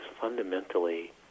fundamentally